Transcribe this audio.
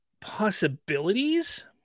possibilities